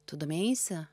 tu domėjaisi